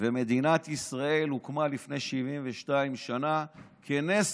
ומדינת ישראל הוקמה לפני 72 שנה כנס עולמי,